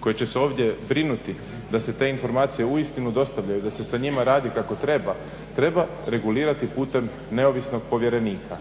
koje će se ovdje brinuti da se te informacije uistinu dostavljaju, da se sa njima radi kako treba, treba regulirati putem neovisnog povjerenika